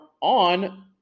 on